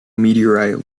meteorite